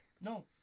no